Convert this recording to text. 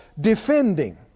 defending